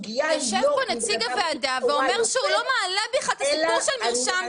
יושב פה נציג הוועדה ואומר שהוא לא מעלה בכלל את הסיפור עם מרשם,